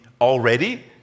already